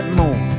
more